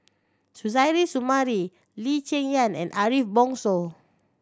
Suzairhe Sumari Lee Cheng Yan and Ariff Bongso